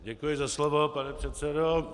Děkuji za slovo, pane předsedo.